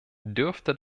dürfte